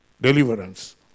deliverance